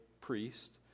priest